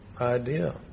idea